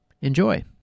Enjoy